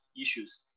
issues